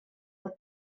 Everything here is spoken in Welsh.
oedd